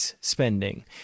spending